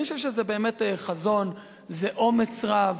אני חושב שזה באמת חזון, זה אומץ רב,